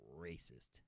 racist